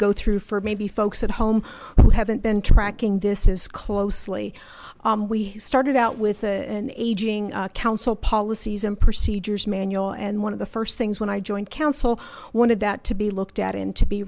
go through for maybe folks at home who haven't been tracking this as closely we started out with an aging council policies and procedures manual and one of the first things when i joined council wanted that to be looked at and to be